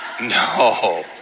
No